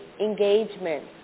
engagement